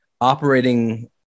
operating